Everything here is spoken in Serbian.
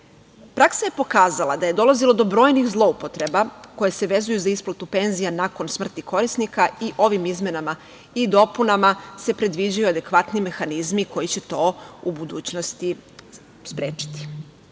smrti. Praksa je pokazala da je dolazilo do brojnih zloupotreba koje se vezuju za isplatu penzija nakon smrti korisnika i ovim izmenama i dopunama se predviđaju adekvatni mehanizmi, koji će to u budućnosti sprečiti. Mi